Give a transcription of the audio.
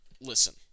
Listen